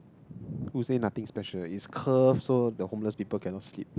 who say nothing special it's curve so the homeless people cannot sleep